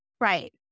right